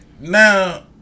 now